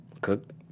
Cook